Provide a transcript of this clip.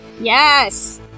Yes